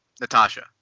Natasha